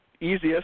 easiest